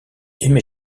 aimé